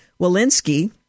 Walensky